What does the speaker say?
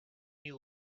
you